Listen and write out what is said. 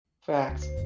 Facts